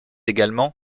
également